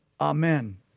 Amen